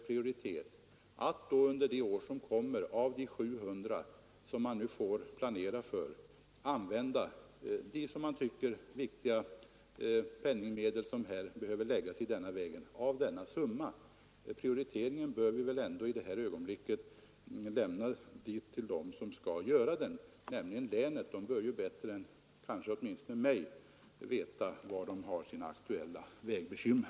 Prioriteringen bör vi väl i det här ögonblicket lämna till dem som skall göra den, nämligen länets myndigheter. De bör bäst veta var de har sina aktuella vägbekymmer.